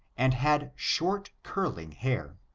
and had short curling hair.